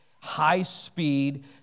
high-speed